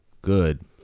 Good